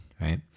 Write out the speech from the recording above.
Right